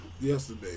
yesterday